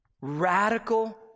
Radical